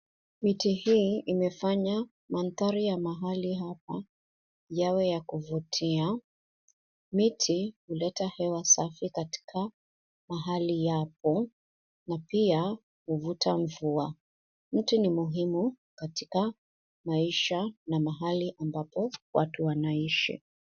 Mti hii imefanya mandhari ya mahali hapa yawe ya kuvutia. Miti huleta hewa safi katika mahali hapo na pia huvuta mvua. Mti ni muhimu katika maisha na mahali ambapo watu wanaishi.